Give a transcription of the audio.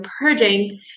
purging